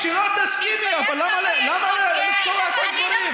אל תסכימי, אבל לקטוע את הדברים?